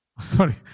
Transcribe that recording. Sorry